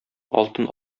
алтын